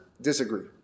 disagree